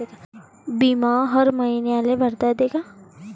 बिमा हर मईन्याले भरता येते का?